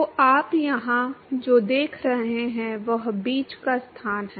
तो आप यहाँ जो देख रहे हैं वह बीच का स्थान है